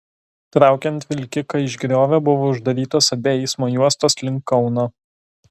traukiant vilkiką iš griovio buvo uždarytos abi eismo juostos link kauno